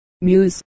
Muse